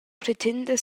pretenda